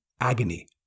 agony